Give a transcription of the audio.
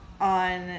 on